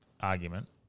argument